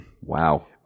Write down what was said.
Wow